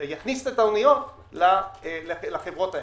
שיכניס את האוניות לחברות האלה.